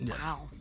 Wow